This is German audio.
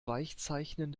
weichzeichnen